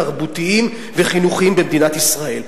תרבותיים וחינוכיים במדינת ישראל.